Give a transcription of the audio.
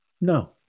No